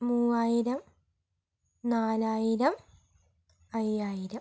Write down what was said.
മൂന്നായിരം നാലായിരം അഞ്ചായിരം